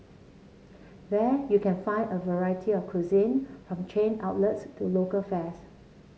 there you can find a variety of cuisine from chain outlets to local fares